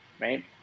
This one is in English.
Right